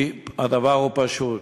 כי הדבר הוא פשוט,